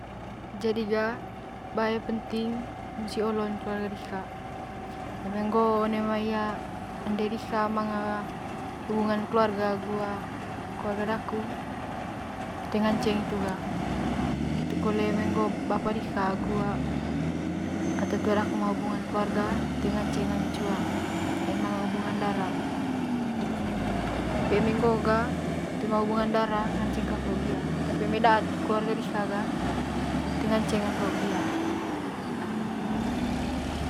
Jadi ga bae musi olon keluarga diha eme ngo ga ende diha manga hubungan keluarga agu keluarga daku toe ngaceng hitu ga ngitu kole bapa diha eme ngo ata tu'a daku manga hubungan lekuarag toe ngaceng ami cua manga hubungan dara tapi eme ngo'o ga toe ma hubungan dara nggacng kaku agu hia tapi ga eme da'at keluarga diha ta toe ngace kaku agu hia.